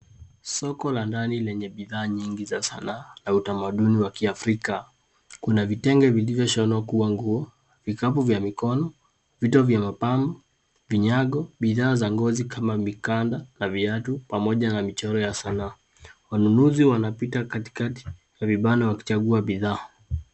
Soko la ndani lenye bidhaa nyingi za sanaa na utamaduni wa kiafrika. Kuna vitenge vilivyoshonwa kuwa nguo ,vikapu vya mikono ,vito vya mapambo, vinyago, bidhaa za ngozi kama mikanda na viatu pamoja na michoro ya sanaa. Wanunuzi wanapita katikati ya vibanda wakichagua bidhaa.